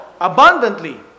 abundantly